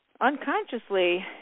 unconsciously